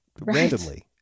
randomly